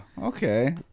okay